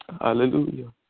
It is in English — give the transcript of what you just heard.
Hallelujah